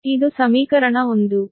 ಇದು ಸಮೀಕರಣ 1